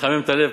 מחמם את הלב,